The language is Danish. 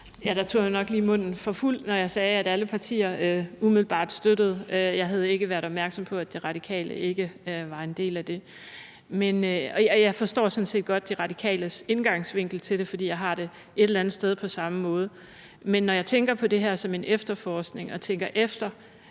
Der tog jeg nok lige munden for fuld, når jeg sagde, at alle partier umiddelbart støttede. Jeg havde ikke været opmærksom på, at De Radikale ikke var en del af det. Jeg forstår sådan set godt De Radikales indgangsvinkel til det, for jeg har det et eller andet sted på samme måde. Men når jeg tænker på det her som en efterforskning og tænker efter,